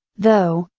though,